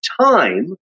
time